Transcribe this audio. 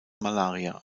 malaria